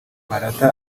blatter